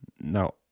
Now